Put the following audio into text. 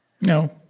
No